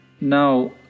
Now